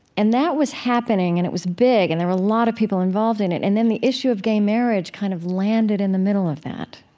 and that was happening and it was big and there were a lot of people involved in it. and then the issue of gay marriage kind of landed in the middle of that